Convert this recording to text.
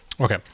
Okay